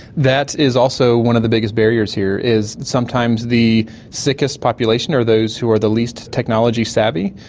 that is also one of the biggest barriers here is sometimes the sickest population are those who are the least technology savvy.